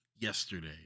yesterday